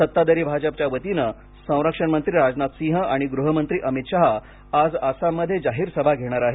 सत्ताधारी भाजपच्या वतीने संरक्षणमंत्री राजनाथ सिंह आणि गृहमंत्री अमित शहा आज अप्पर आसाममध्ये जाहीर सभा घेणार आहेत